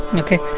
okay